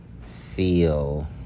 feel